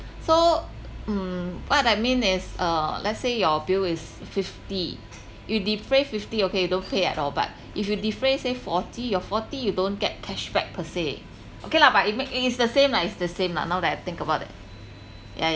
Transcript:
so mm what I mean is uh let's say your bill is fifty you defray fifty okay you don't pay at all but if you defray say forty your forty you don't get cashback per se okay lah but it make it is the same lah it's the same lah now that I think about that